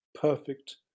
perfect